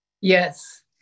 Yes